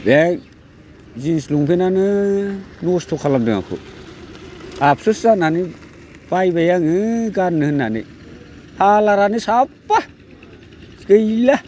बे जिन्स लंफेन्टानो नस्थ' खालामदों आंखौ आबसुस जानानै बायबाय आङो गाननो होननानै खालारानो साबफा गैला